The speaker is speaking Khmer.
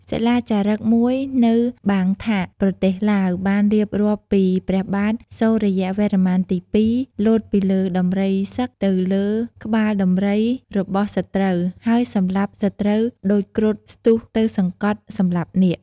សិលាចារឹកមួយនៅបាងថាក ប្រទេសឡាវ បានរៀបរាប់ពីព្រះបាទសូរ្យវរ្ម័នទី២ លោតពីលើដំរីសឹកទៅលើក្បាលដំរីរបស់សត្រូវ ហើយសម្លាប់សត្រូវដូចគ្រុឌស្ទុះទៅសង្កត់សម្លាប់នាគ។